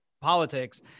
politics